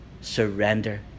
surrender